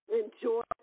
enjoy